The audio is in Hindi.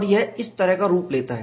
और यह इस तरह का रूप लेता है